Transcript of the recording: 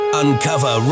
uncover